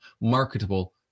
marketable